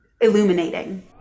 illuminating